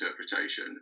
interpretation